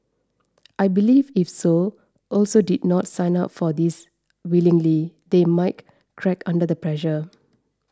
I believe if so also did not sign up for this willingly they might crack under the pressure